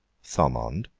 thomond,